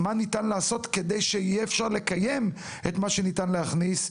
מה ניתן לעשות כדי שיהיה אפשר לקיים את מה שניתן להכניס,